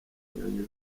nyoni